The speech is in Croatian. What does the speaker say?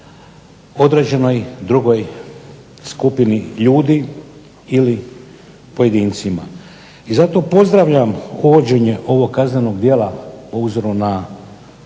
određenoj drugoj skupini ljudi ili pojedincima. I zato pozdravljam uvođenje ovog kaznenog djela po uzoru na